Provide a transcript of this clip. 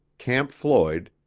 camp floyd,